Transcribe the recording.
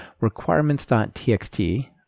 requirements.txt